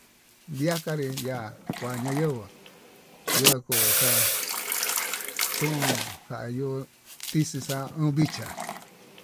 Ndiakanre ya'á kuana yo'ó, yokuexa tuu xa'a yó tixixa uun vichá.